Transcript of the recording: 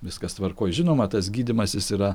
viskas tvarkoj žinoma tas gydymas jis yra